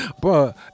bro